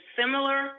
similar